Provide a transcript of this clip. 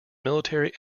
military